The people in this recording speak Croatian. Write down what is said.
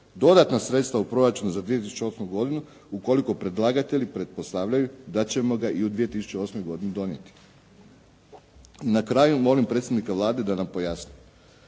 dodatna sredstva u proračunu za 2008. godinu ukoliko predlagatelji pretpostavljaju da ćemo ga i u 2008. godini donijeti. Na kraju molim …/Govornik se ne razumije./…